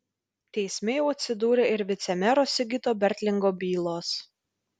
teisme jau atsidūrė ir vicemero sigito bertlingo bylos